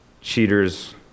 cheaters